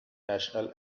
national